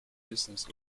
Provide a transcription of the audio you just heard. business